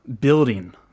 building